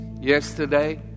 yesterday